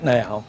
now